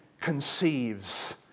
conceives